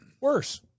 Worse